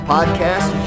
Podcast